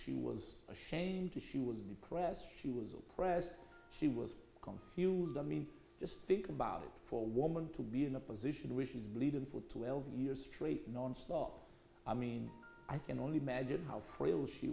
she was ashamed she was depressed she was oppressed she was confused i mean just think about it for a woman to be in a position where she's bleeding for twelve years straight non stop i mean i can only imagine how frail she